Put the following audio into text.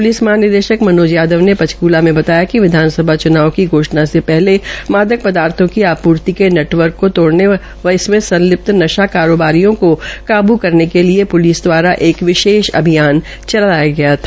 police महानिदेशक मनोज यादव ने पंचकूला में बताया कि विधानसभा चुनाव की घोषणा से पहले मादक पदार्थो की आपूर्ति के नेटवर्क का तोडने व इसमें संलिप्त नशा कारोबारियों को काबू करने के लिए पुलिस द्वारा एक विशेष अभियान चलाया गया था